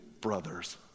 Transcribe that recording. brothers